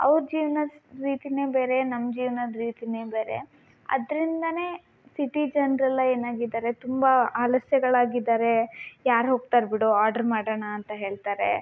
ಅವ್ರ ಜೀವ್ನದ ರೀತಿನೇ ಬೇರೆ ನಮ್ಮ ಜೀವ್ನದ ರೀತಿಯೇ ಬೇರೆ ಅದರಿಂದನೇ ಸಿಟಿ ಜನರೆಲ್ಲ ಏನಾಗಿದ್ದಾರೆ ತುಂಬ ಆಲಸ್ಯಗಳಾಗಿದ್ದಾರೆ ಯಾರು ಹೋಗ್ತಾರೆ ಬಿಡು ಆರ್ಡ್ರ್ ಮಾಡೋಣ ಅಂತ ಹೇಳ್ತಾರೆ